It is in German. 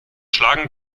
schlagen